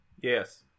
Yes